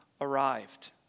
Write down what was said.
arrived